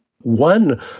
One